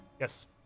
Yes